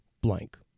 blank